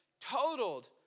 totaled